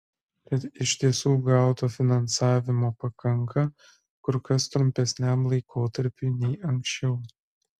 tad iš tiesų gauto finansavimo pakanka kur kas trumpesniam laikotarpiui nei anksčiau